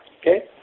okay